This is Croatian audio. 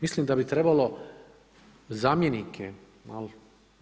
Mislim da bi trebalo zamjenike